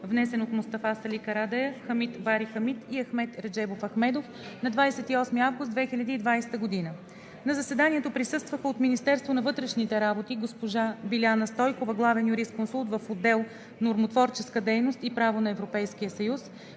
внесен от Мустафа Сали Карадайъ, Хамид Бари Хамид и Ахмед Реджебов Ахмедов на 28 август 2020 г. На заседанието присъстваха от Министерството на вътрешните работи: госпожа Биляна Стойкова – главен юрисконсулт в отдел „Нормотворческа дейност и Право на Европейския съюз“,